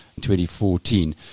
2014